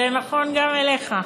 זה נכון גם אליך.